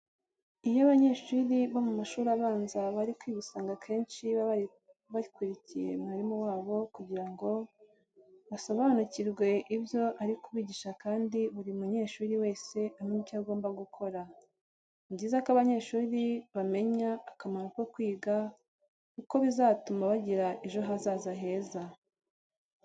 Iyo abanyeshuri bo mu mashuri abanza bari kwiga usanga akenshi baba bakurikiye mwarimu wabo kugira ngo basobanukirwe ibyo ari kubigisha kandi buri munyeshuri wese amenye icyo agomba gukora. Ni byiza ko abanyeshuri bamenya akamaro ko kwiga kuko biba bizatuma bagira ejo hazaza heza.